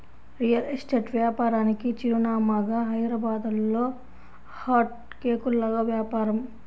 real estate వ్యాపారానికి చిరునామాగా హైదరాబాద్లో హాట్ కేకుల్లాగా వ్యాపారం